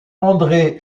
andré